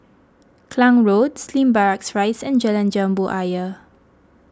Klang Road Slim Barracks Rise and Jalan Jambu Ayer